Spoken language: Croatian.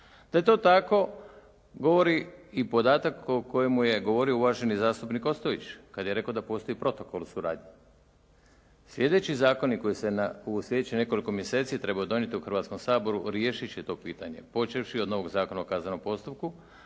Da je to tako govori i podatak o kojemu je govorio uvaženi zastupnik Ostojić kada je rekao da postoji protokol o suradnji. Sljedeći zakon koji se u sljedećih nekoliko mjeseci trebao donijeti u Hrvatskom saboru, riješiti će to pitanje počevši od novog Zakona o kaznenom postupku,